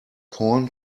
corn